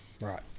right